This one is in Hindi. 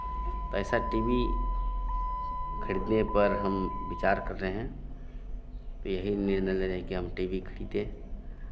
तो ऐसा टी वी खरीदने पर हम विचार कर रहे हैं तो यही निर्नय ले रहे हैं कि हम टी वी खरीदें